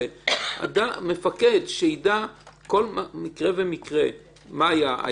אלא מפקד שיידע על כל מקרה ומקרה מה היה: